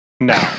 No